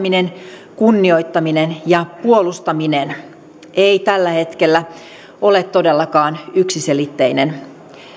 periaatteiden ymmärtäminen kunnioittaminen ja puolustaminen ei tällä hetkellä ole todellakaan yksiselitteinen